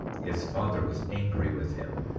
his father was angry with him,